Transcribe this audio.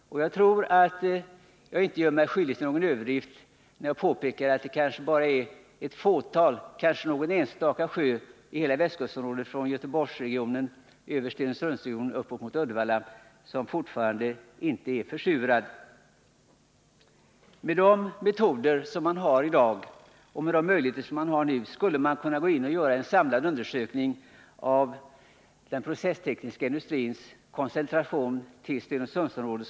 Jag tror inte att jag gör mig skyldig till någon överdrift, när jag säger att det kanske är bara ett fåtal eller någon 15 enstaka sjö i hela västkustområdet, från Göteborgsregionen över Stenungsundsregionen upp till Uddevalla, som fortfarande inte är försurad. Med de metoder och möjligheter man har i dag skulle man kunna gå in och göra en samlad undersökning av den processtekniska industrins koncentration till Stenungsundsområdet.